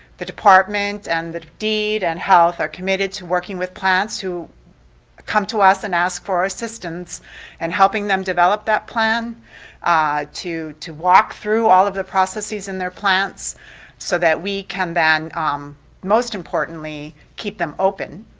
the department and deed and health are committed to working with plants who come to us and ask for assistance and helping them develop that plan to to walk through all of the processes in their plants so that we can then most importantly keep them open,